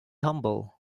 humble